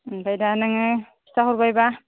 ओमफ्राय दा नोङो खिथाहरबायबा